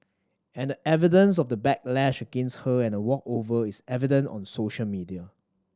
and the evidence of the backlash against her and walkover is evident on social media